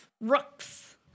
Rooks